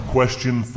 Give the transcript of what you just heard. Question